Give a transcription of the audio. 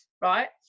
right